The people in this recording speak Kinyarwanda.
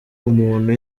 umuntu